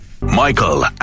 Michael